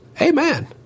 Amen